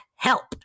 help